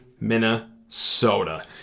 Minnesota